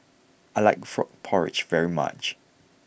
I like Frog Porridge very much